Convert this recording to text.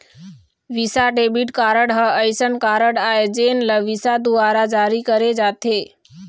Visa debit card ह असइन card आय जेन ल विसा दुवारा जारी करे जाथे